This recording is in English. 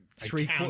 Three